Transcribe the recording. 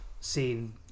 seen